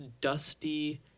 dusty